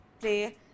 play